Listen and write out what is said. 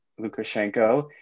Lukashenko